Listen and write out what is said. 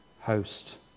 host